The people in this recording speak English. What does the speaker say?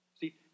See